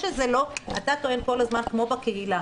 אתה טוען כל הזמן כמו בקהילה,